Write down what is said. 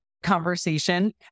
Conversation